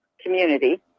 community